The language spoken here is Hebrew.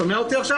שומעים אותי?